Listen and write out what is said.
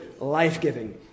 life-giving